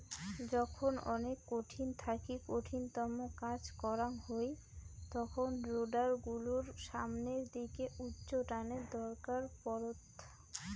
যখন অনেক কঠিন থাকি কঠিনতম কাজ করাং হউ তখন রোডার গুলোর সামনের দিকে উচ্চটানের দরকার পড়ত